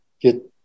get